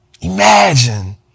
Imagine